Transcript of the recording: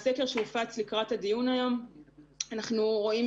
בסקר שהופץ לקראת הדיון היום אנחנו רואים